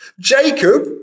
Jacob